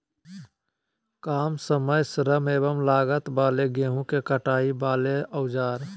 काम समय श्रम एवं लागत वाले गेहूं के कटाई वाले औजार?